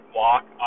walk